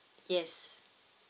yes